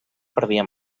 perdia